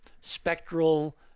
spectral